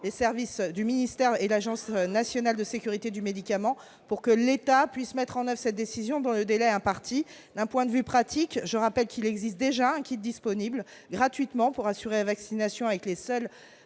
les services du ministère et l'Agence nationale de sécurité du médicament et des produits de santé pour que l'État puisse la mettre en oeuvre dans le délai imparti. D'un point de vue pratique, je rappelle qu'il existe déjà un kit disponible gratuitement pour assurer la vaccination avec les seules